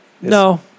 no